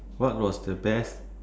what was the best